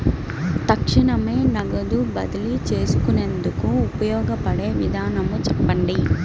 తక్షణమే నగదు బదిలీ చేసుకునేందుకు ఉపయోగపడే విధానము చెప్పండి?